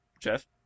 Jeff